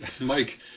Mike